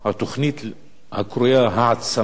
הקרויה "העצמת הכפרים הדרוזיים",